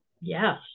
yes